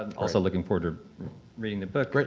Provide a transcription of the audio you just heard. and also looking forward to reading the book. but